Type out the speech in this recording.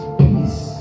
peace